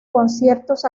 conciertos